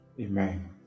amen